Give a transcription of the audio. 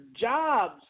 jobs